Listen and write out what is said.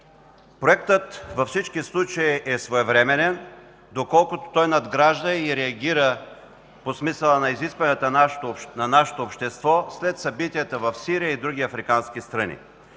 Проектът във всички случаи е своевременен, доколкото той надгражда и реагира по смисъла на изискванията на нашето общество след събитията в Сирия и други африкански страни.